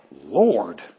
Lord